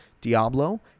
Diablo